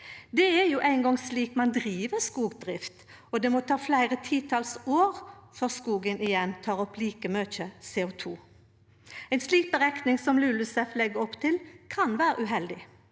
Det er jo eingong slik ein driv skogdrift, og det må ta fleire titals år før skogen igjen tek opp like mykje CO2. Ei slik berekning som LULUCF legg opp til, kan vere uheldig.